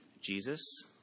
Jesus